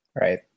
Right